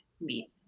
meat